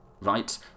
right